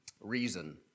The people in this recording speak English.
reason